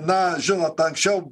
na žinot anksčiau